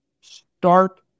start